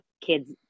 kids